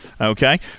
okay